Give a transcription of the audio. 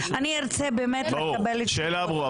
השאלה ברורה.